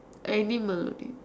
animal